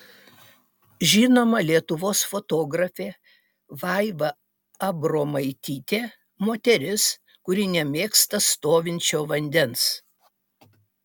žinoma lietuvos fotografė vaiva abromaitytė moteris kuri nemėgsta stovinčio vandens